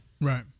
Right